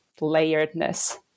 layeredness